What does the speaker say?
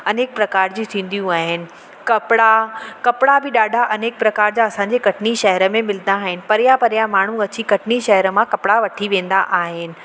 अनेक प्रकार जी थींदियूं आहिनि कपिड़ा कपिड़ा बि ॾाढा अनेक प्रकार जा असांजे कटनी शहर में मिलंदा आहिनि परियां परियां माण्हू अची कटनी शहर मां कपिड़ा वठी वेंदा आहिनि